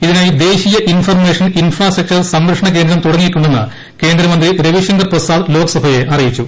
ഇതിനായി ദ്ദേശ്മീയ് information infrastructure സംരക്ഷണ കേന്ദ്രം തൂട്ടങ്ങിയിട്ടുണ്ടെന്ന് കേന്ദ്രമന്ത്രി രവിശങ്കർ പ്രസാദ് ലോക്സഭയെ അ്റിയിച്ചു